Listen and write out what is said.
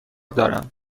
دارم